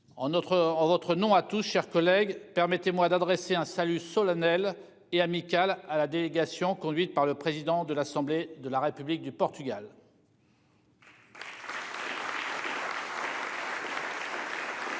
en votre nom à tous chers collègues permettez-moi d'adresser un salut solennel et amical à la délégation conduite par le président de l'assemblée de la République du Portugal.